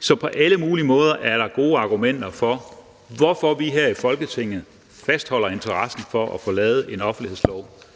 Så på alle mulige måder er der gode argumenter for, hvorfor vi her i Folketinget fastholder interessen for at få lavet en offentlighedslov,